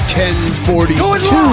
1042